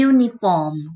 Uniform